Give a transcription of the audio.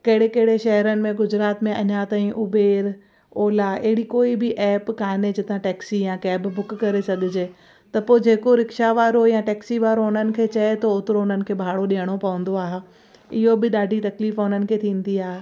कहिड़े कहिड़े शहरनि में गुजरात में अञा ताईं उबेर ओला अहिड़ी कोई बि एप काने जिता टैक्सी या कैब बुक करे सघिजे त पोइ जेको रिक्शा वारो या टैक्सी वारो हुननि खे चवे थो ओतिरो उन्हनि खे भाड़ो ॾियणो पवंदो आहे इहो बि ॾाढी तकलीफ़ उन्हनि खे थींदी आहे